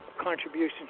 contributions